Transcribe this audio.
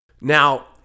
now